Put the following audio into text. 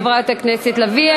תודה, חברת הכנסת לביא.